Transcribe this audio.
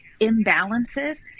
imbalances